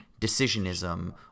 decisionism